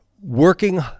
Working